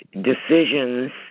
decisions